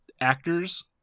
actors